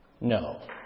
No